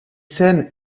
scènes